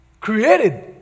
created